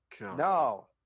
No